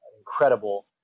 incredible